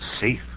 safe